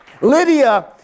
Lydia